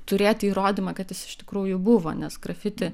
turėti įrodymą kad jis iš tikrųjų buvo nes grafiti